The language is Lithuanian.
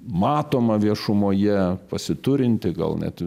matoma viešumoje pasiturinti gal net